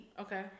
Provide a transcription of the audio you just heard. Okay